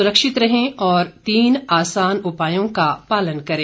सुरक्षित रहें और इन आसान उपायों का पालन करें